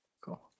Cool